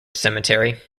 cemetery